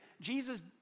Jesus